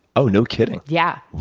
oh, no kidding? yeah.